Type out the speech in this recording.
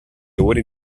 ore